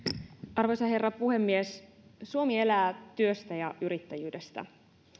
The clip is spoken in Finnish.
arvoisa herra puhemies suomi elää työstä ja yrittäjyydestä